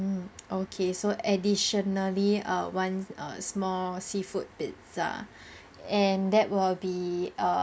~(mm) okay so additionally err one err small seafood pizza and that will be err